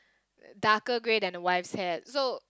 darker grey than the wife's hair so